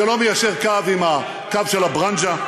שלא מיישר קו עם הקו של הברנז'ה,